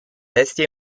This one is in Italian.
testi